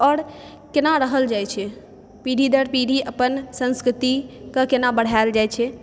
आओर कोना रहल जाइ छै पीढ़ी दर पीढ़ी अपन संस्कृतिके कोना बढ़ायल जाइ छै